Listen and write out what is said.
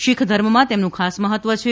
શીખ ધર્મમાં તેમનું ખાસ મહત્વ છે